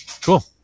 Cool